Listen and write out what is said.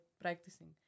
practicing